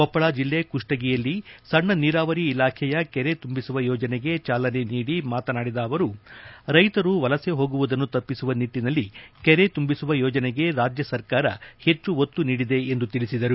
ಕೊಪ್ಪಳ ಜಿಲ್ಲೆ ಕುಷ್ನಗಿಯಲ್ಲಿ ಸಣ್ಣ ನೀರಾವರಿ ಇಲಾಖೆಯ ಕೆರೆ ತುಂಬಿಸುವ ಯೋಜನೆಗೆ ಚಾಲನೆ ನೀಡಿ ಮಾತನಾಡಿದ ಅವರು ರೈತರು ವಲಸೆ ಹೋಗುವುದನ್ನು ತಪ್ಪಿಸುವ ನಿಟ್ಟನಲ್ಲಿ ಕೆರೆ ತುಂಬಿಸುವ ಯೋಜನೆಗೆ ರಾಜ್ಯ ಸರ್ಕಾರ ಹೆಚ್ಚು ಒತ್ತು ನೀಡಿದೆ ಎಂದು ತಿಳಿಸಿದರು